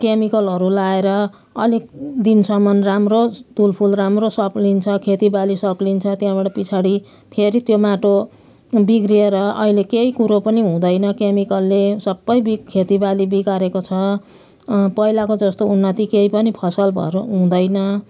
केमिकलहरू लगाएर अलिक दिनसम्म राम्रो तुलफुल राम्रो सप्रिछ खेतीबाली सग्लिन्छ त्यहाँबाट पछाडि फेरि त्यो माटो बिग्रिएर अहिले केही कुरो पनि हुँदैन केमिकलले सबै बिग खेतीबाली बिगारेको छ पहिलाको जस्तो उन्नति केही पनि फसल भएर हुँदैन